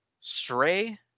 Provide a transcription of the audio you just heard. Stray